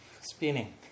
spinning